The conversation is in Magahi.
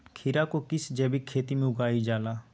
खीरा को किस जैविक खेती में उगाई जाला?